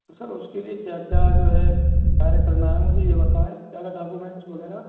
तो सर उसके लिए क्या क्या जो है कार्य करना है मुझे ये बताएं क्या क्या डॉक्यूमेंट्स वगैरह